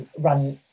run